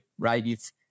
right